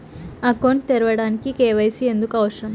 Account తెరవడానికి, KYC ఎందుకు అవసరం?